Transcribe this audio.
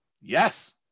Yes